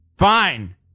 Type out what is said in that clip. Fine